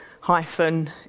hyphen